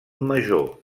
major